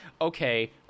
okay